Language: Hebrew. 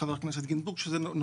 חבר הכנסת פינדרוס,